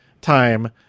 time